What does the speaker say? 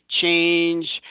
change